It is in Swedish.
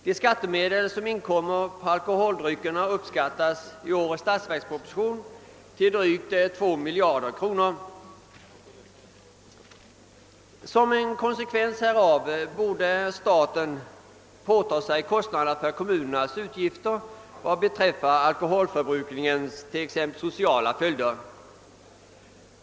Dessa medel uppskattas i årets statsverksproposition till drygt två miljarder kronor. Som en konsekvens härav borde staten ta på sig kostnaderna för kommunernas utgifter när det gäller alkoholförbrukningens sociala följder.